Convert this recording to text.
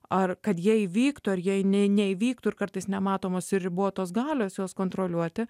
ar kad jie įvyktų ir jie ne neįvyktų ir kartais nematomos ir ribotos galios juos kontroliuoti